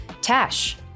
Tash